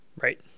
Right